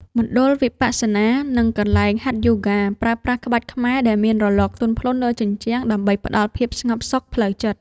មណ្ឌលវិបស្សនា និងកន្លែងហាត់យូហ្គា ប្រើប្រាស់ក្បាច់ខ្មែរដែលមានរលកទន់ភ្លន់លើជញ្ជាំង ដើម្បីផ្ដល់ភាពស្ងប់សុខផ្លូវចិត្ត។